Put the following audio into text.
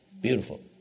beautiful